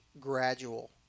gradual